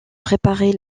préparer